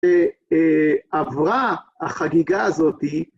‫שעברה החגיגה הזאתי.